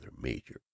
Major